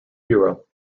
hero